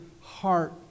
heart